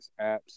apps